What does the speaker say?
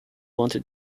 wanted